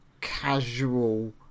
casual